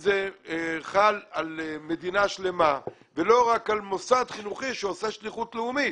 זה חל על מדינה שלמה ולא רק על מוסד חינוכי שעושה שליחות לאומית.